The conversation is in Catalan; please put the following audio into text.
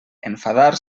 enfadar